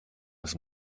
was